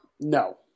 No